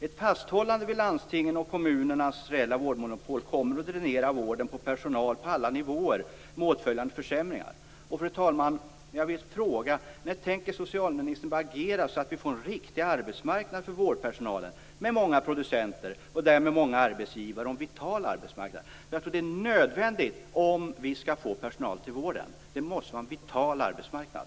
Ett fasthållande vid landstingens och kommunernas reella vårdmonopol kommer att dränera vården på personal på alla nivåer med åtföljande försämringar. Fru talman! När tänker socialministern börja agera så att det blir en riktig arbetsmarknad för vårdpersonalen, med många producenter och därmed många arbetsgivare och en vital arbetsmarknad? Det är nödvändigt för att få personal till vården. Det måste finnas en vital arbetsmarknad.